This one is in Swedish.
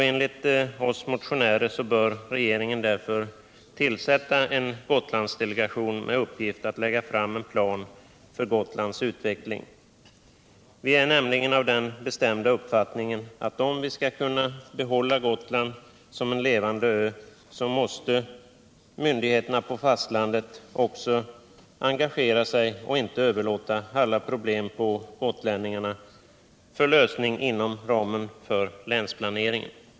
Enligt oss motionärer bör regeringen därför tillsätta en Gotlandsdelegation med uppgift att lägga fram en plan för Gotlands utveckling. Vi är nämligen av den bestämda uppfattningen att om vi skall kunna behålla Gotland som en levande ö, måste myndigheterna på fastlandet 131 också engagera sig och inte överlåta alla problem på gotlänningarna för lösning inom ramen för länsplaneringen.